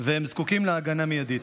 והם זקוקים להגנה מיידית.